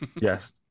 Yes